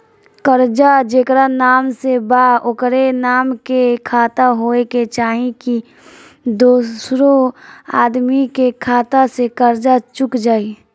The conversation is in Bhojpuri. कर्जा जेकरा नाम से बा ओकरे नाम के खाता होए के चाही की दोस्रो आदमी के खाता से कर्जा चुक जाइ?